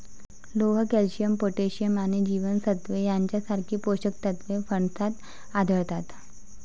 लोह, calcium, potassium आणि जीवनसत्त्वे यांसारखी पोषक तत्वे फणसात आढळतात